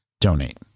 donate